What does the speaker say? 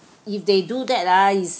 if they do that ah it's